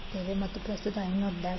25 ಮತ್ತು ಪ್ರಸ್ತುತ I0 ಆಗಿದೆ I0j204 j2Z 2